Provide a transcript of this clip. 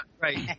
right